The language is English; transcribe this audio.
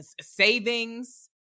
Savings